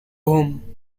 home